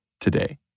today